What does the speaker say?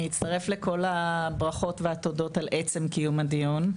אני אצטרף לכל הברכות והתודות על עצם קיום הדיון.